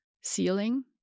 ceiling